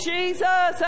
Jesus